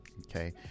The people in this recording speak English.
okay